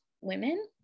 women